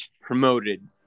promoted